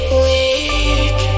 weak